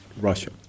Russia